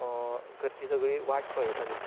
घरचीं सगळीं वाट पळयतालीं